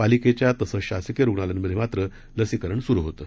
पालिकेच्या तसंच शासकीय रुग्णालयांमध्ये लसीकरण सुरु होतं